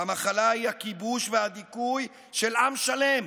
והמחלה היא הכיבוש והדיכוי של עם שלם.